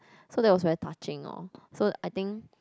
so that was very touching lor so I think